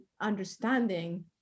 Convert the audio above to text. understanding